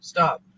Stop